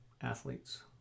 athletes